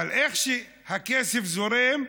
אבל איך שהכסף זורם,